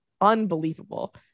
unbelievable